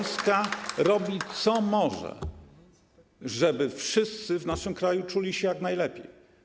Polska robi, co może, żeby wszyscy w naszym kraju czuli się jak najlepiej.